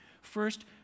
First